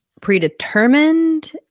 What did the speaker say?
predetermined